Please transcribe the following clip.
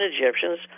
Egyptians